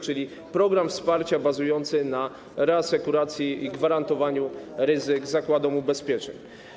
Chodzi o program wsparcia bazujący na reasekuracji i gwarantowaniu ryzyk zakładom ubezpieczeń.